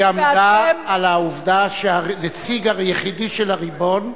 היא עמדה על העובדה שהנציג היחיד של הריבון,